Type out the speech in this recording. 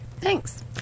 Thanks